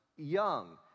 Young